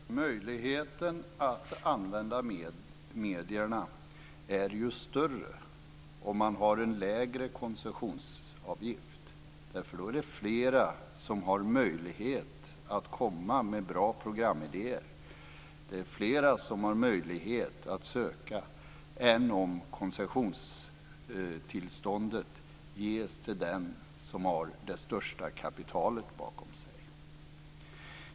Herr talman! Möjligheten att använda medierna är ju större om man har en lägre koncessionsavgift, därför att då är det flera som har möjlighet att komma med bra programidéer. Det är flera som har möjlighet att söka koncessionstillstånd än om det ges till den som har det största kapitalet bakom sig.